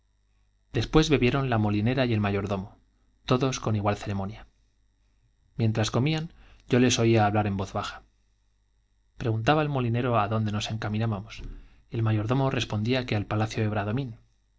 después bebieron la molinera y el mayordomo todos con igual ceremonia mientras comían yo les oía hablar en voz baja preguntaba el molinero á dónde nos encaminábamos y el mayordomo respondía que al palacio de